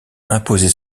imposer